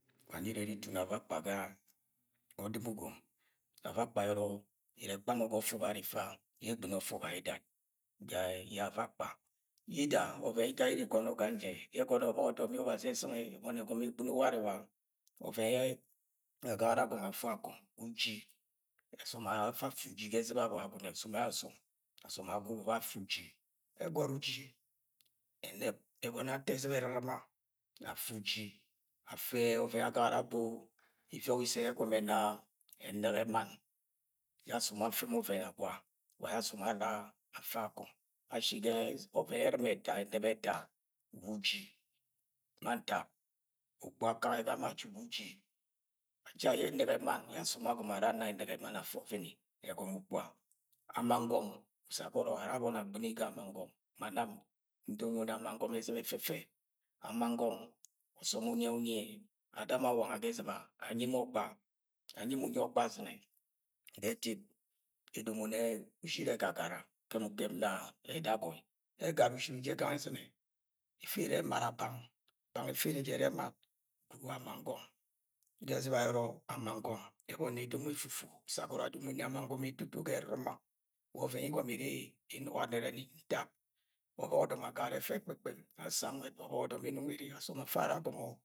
Wa nẹ ire iri itun avakpa ga ọd̵im ugom Avakpa ayọrọ iri ikpa mọ ga ọfẹ ubari-ifa yẹ egb̵ini ọfẹ ubaidat ga yẹ avakpa Yida, ọvẹn yida iri igono gangẹ yẹ ẹgọnọ ọbọk ọdọm yẹ Ọbazi ẹz̵ingẹ ẹbọni ẹgọmọ egb̵ino warẹ wa ọvẹn yẹ agagara agọmọ afu akọng, uji! Asọm ara afa afẹ uji ga ẹz̵iba Agwagune. Ọsọm ẹjara ọsọm, ọsọm, ọsọm agwugwu bẹ afẹ uji. Ẹgọt uji ẹnẹb ẹgọnọ ato ez̵iba ẹr̵ir̵ima afẹ uji. Afẹ ọvẹn yẹ agagara abo iviọk isẹ yẹ egọmọ ẹna ẹnẹgẹ mann yẹ asom ara afẹ mọ ufẹ agwa, wa yẹ asọm ana afẹ akọng. Ashi ga ọvẹn yẹ ẹnẹb ẹta, ẹr̵ima ẹta wa uji ma ntak ukpuga akẹ ama ujuk ga uji. Ja yẹ ẹnẹgẹ mann yẹ asọm agọmọ ara ana ẹnẹgẹ ma afẹ ovini ẹgọmọ Okpuga Amangọm, usagọrọ abọni agb̵ini ga aman'gọm. Ma nam ndomoni amangọm ga ez̵iba ẹfẹfẹ. Amangọm ọsọm unyi yẹ unyi yẹ ada mọ awanga ga ẹz̵iba anyi mo ọgba, anyi mọ unyi ogba az̵inẹ, ed̵ip edomoni ush̵iri ẹgagara ukemukem na ẹdagọi. Ẹgara ush̵iri jẹ gangẹ ẹz̵inẹ, ẹfẹ ere ẹrẹ ẹmara bang. Bang ẹfẹ ere jẹ ẹrẹ emara. Gwud wa amangọm Ga ẹz̵iba ayọrọ, amangọm ẹbọni edomo efufu. Usagọrọ adomoni amangọm etoto ga ẹr̵ir̵ima. Wa ọvẹn yẹ igomo iri inuga nẹrẹni. Ntak ọbọk ọdọm agagara ẹfẹ ekpẹkpẹm. Asa nwẹd ọbọk ọdọm ẹnọng ere, afa ara agọmọ.